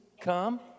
come